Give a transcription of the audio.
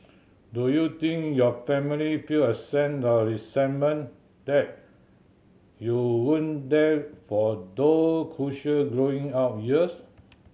do you think your family feel a sense of resentment that you weren't there for those crucial growing up years